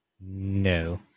No